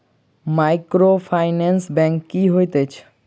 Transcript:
Microfinance bank की होइत अछि?